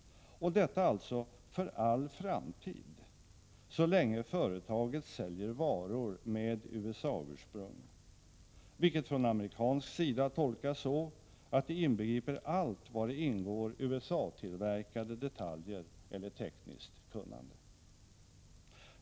Och detta får alltså ske för all framtid så länge företaget säljer varor med USA-ursprung, vilket från amerikansk sida tolkas så, att det inbegriper allt vari ingår USA-tillverkade detaljer eller tekniskt kunnande.